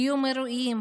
קיום אירועים,